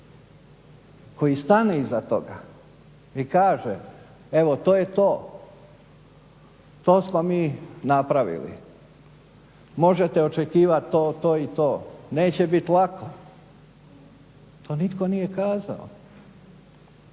koji stane iza toga i kaže evo to je to, to smo mi napravili. Možete očekivati to, to i to, neće biti lako. To nitko nije kazao,